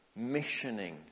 Missioning